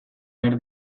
behar